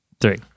three